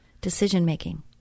decision-making